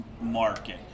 market